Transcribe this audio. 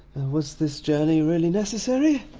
was this journey really necessary?